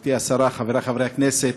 גברתי השרה, חברי חברי הכנסת,